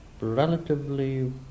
relatively